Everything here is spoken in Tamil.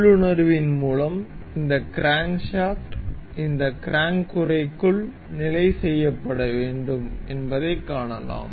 உள்ளுணர்வின் மூலம் இந்த கிரான்ஸ்காஃப்ட் இந்த க்ராங்க் உறைக்குள் நிலை செய்யப்பட வேண்டும் என்பதைக் காணலாம்